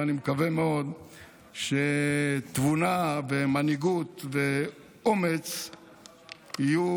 ואני מקווה מאוד שתבונה, מנהיגות ואומץ יהיו